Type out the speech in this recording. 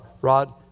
Rod